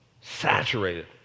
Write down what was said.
Saturated